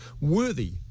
worthy